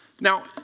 Now